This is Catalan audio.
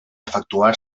efectuar